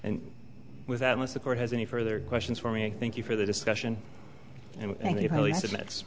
and without unless the court has any further questions for me thank you for the discussion